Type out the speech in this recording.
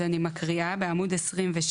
אז אני מקריאה בעמוד 22